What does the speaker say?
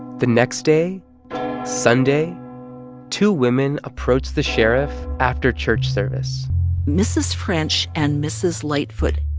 the next day sunday two women approached the sheriff after church service mrs. french and mrs. lightfoot.